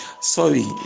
sorry